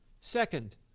Second